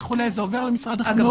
זה עובר למשרד החינוך --- אגב,